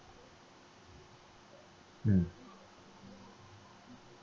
mm